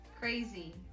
crazy